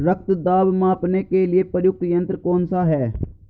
रक्त दाब मापने के लिए प्रयुक्त यंत्र कौन सा है?